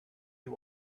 you